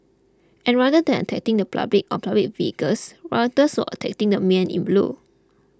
and rather than attacking the public or public vehicles rioters were attacking the men in blue